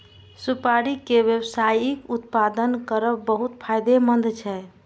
सुपारी के व्यावसायिक उत्पादन करब बहुत फायदेमंद छै